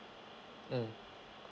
mm